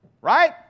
Right